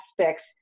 aspects